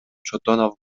чотонов